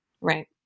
Right